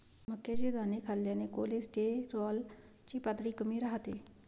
मक्याचे दाणे खाल्ल्याने कोलेस्टेरॉल ची पातळी कमी राहते